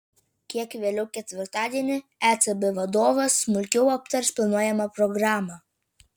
kiek vėliau ketvirtadienį ecb vadovas smulkiau aptars planuojamą programą